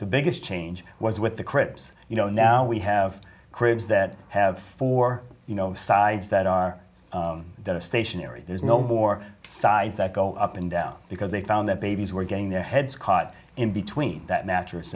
the biggest change was with the crips you know now we have crews that have four you know sides that are that a stationary there's no more sides that go up and down because they found that babies were getting their heads caught in between that mattress